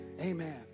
Amen